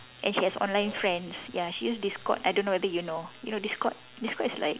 and she has online friends ya she use discord I don't know whether you know you know discord discord is like